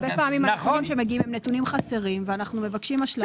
הרבה פעמים הנתונים שמגיעים הם נתונים חסרים ואנחנו מבקשים השלמה.